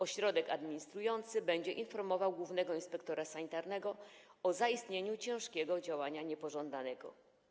Ośrodek administracyjny będzie informował głównego inspektora sanitarnego o zaistnieniu ciężkiego działania niepożądanego.